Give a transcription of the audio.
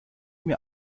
mir